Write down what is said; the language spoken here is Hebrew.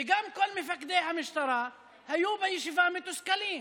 וגם כל מפקדי המשטרה היו בישיבה מתוסכלים,